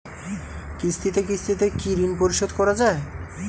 কিস্তিতে কিস্তিতে কি ঋণ পরিশোধ করা য়ায়?